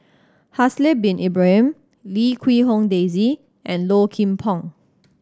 Haslir Bin Ibrahim Lim Quee Hong Daisy and Low Kim Pong